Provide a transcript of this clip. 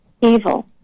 evil